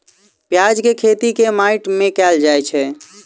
प्याज केँ खेती केँ माटि मे कैल जाएँ छैय?